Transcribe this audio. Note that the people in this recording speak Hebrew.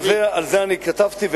על זה אני כתבתי,